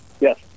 Yes